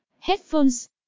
Headphones